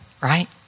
right